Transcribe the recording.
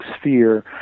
sphere